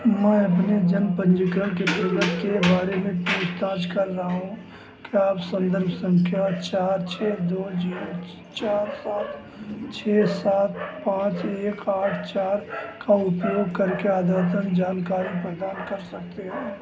मैं अपने जन्म पंजीकरण की प्रगति के बारे में पूछताछ कर रहा हूँ क्या आप संदर्भ संख्या चार छः दो जीरो चार सात छः सात पाँच एक आठ चार का उपयोग करके अद्यतन जानकारी प्रदान कर सकते हैं